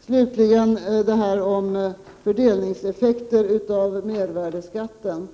Slutligen till det här med fördelningseffekter av mervärdeskatten.